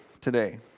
today